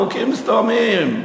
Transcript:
חוקים סדומיים.